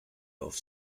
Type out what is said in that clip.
auf